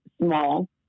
small